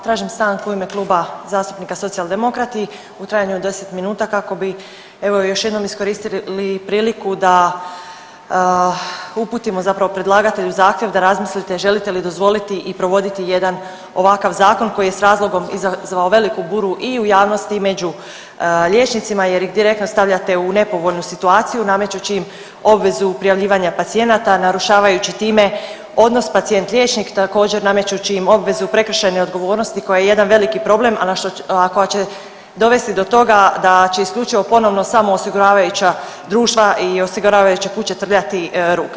Tražim stanku u ime Kluba zastupnika Socijaldemokrati u trajanju od 10 minuta kako bi evo još jednom iskoristili priliku da uputimo zapravo predlagatelju zahtjev da razmislite želite li dozvoliti i provoditi jedan ovakav zakon koji je s razlogom izazvao veliku buru i u javnosti i među liječnicima jer ih direktno stavljate u nepovoljnu situaciju namećući im obvezu prijavljivanja pacijenata narušavajući time odnos pacijent liječnik, također namećući im obvezu prekršajne odgovornosti koja je jedan veliki problem, a koja će dovesti do toga da će isključivo ponovno samo osiguravajuća društva i osiguravajuće kuće trljati ruke.